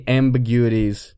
ambiguities